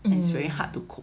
it's very hard to cope